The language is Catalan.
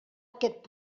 aquest